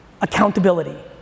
Accountability